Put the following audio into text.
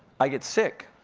i'd get sick.